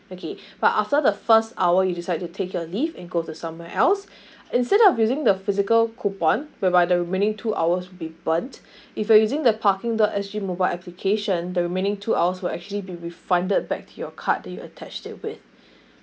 okay but after the first hour you decide to take a leave and go to somewhere else instead of using the physical coupon whereby the remaining two hours be burnt if you're using the parking the parking dot S G mobile application the remaining two hours will actually be refunded back to your card that you attached it with